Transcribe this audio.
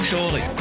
Surely